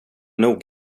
nog